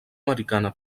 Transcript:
americana